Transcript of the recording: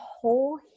whole